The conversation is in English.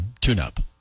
tune-up